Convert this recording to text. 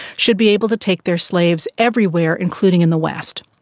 should be able to take their slaves everywhere, including in the west,